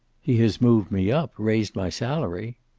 he has moved me up, raised my salary.